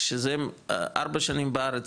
כשהם 4 שנים בארץ,